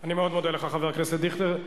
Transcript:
אני מאוד מודה לך, חבר הכנסת דיכטר.